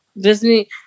Disney